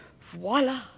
Voila